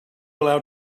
allowed